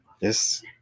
Yes